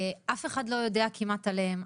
אך אחד לא יודע כמעט עליהן,